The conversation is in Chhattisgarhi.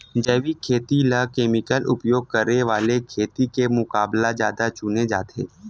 जैविक खेती ला केमिकल उपयोग करे वाले खेती के मुकाबला ज्यादा चुने जाते